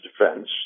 defense